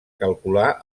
calcular